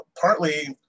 partly